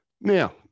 Now